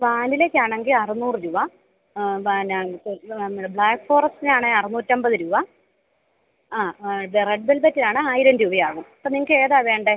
വാനിലയ്ക്ക് ആണെങ്കിൽ അറുന്നൂറ് രൂപ ബ്ലാക്ക്ഫോറസ്റ്റിന് ആണെങ്കിൽ അറുന്നൂറ്റി അമ്പത് രൂപ ആ ഇത് റെഡ് വെൽവെറ്റിനാണെങ്കിൽ ആയിരം രൂപ ആവും അപ്പം നിങ്ങൾക്ക് ഏതാണ് വേണ്ടത്